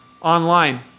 online